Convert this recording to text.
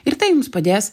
ir tai jums padės